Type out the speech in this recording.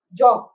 job